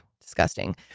Disgusting